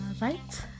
Right